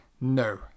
No